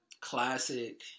classic